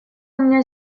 меня